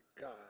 God